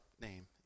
name